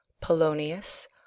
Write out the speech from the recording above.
Polonius